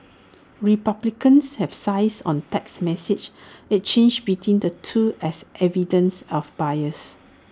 republicans have seized on text messages exchanged between the two as evidence of bias